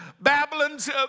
Babylon's